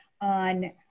on